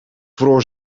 vroor